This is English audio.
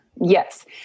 yes